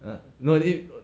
err no eh